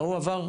לא הועבר.